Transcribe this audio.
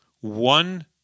one